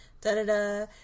Da-da-da